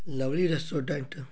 lovely restaurant